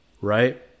right